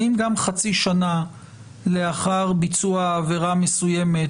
האם גם חצי שנה לאחר ביצוע עבירה מסוימת,